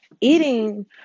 eating